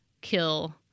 kill